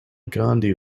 gandhi